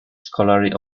scholarly